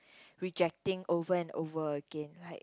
rejecting over and over again like